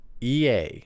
EA